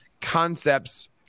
concepts